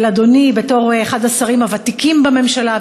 לאדוני בתור אחד השרים הוותיקים בממשלה,